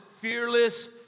fearless